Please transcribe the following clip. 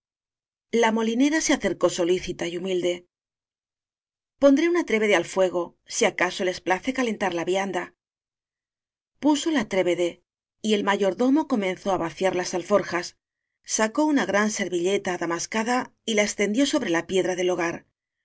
la molinera se acercó solícita y humilde pondré una trébede al fuego si acaso les place calentar la vianda puso la trébede y el mayordomo comen zó á vaciar las alforjas sacó una gran servi lleta adamascada y la extendió sobre la pie dra del hogar